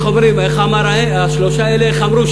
אומרים, השלושה האלה איך אמרו?